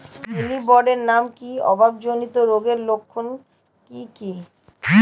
Molybdenum অভাবজনিত রোগের লক্ষণ কি কি?